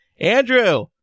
Andrew